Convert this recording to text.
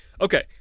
Okay